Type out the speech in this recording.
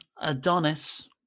Adonis